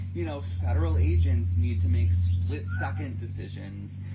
you know, federal agents need to make split second decisions.